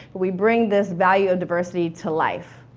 we bring this value of diversity to life.